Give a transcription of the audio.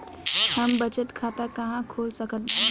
हम बचत खाता कहां खोल सकत बानी?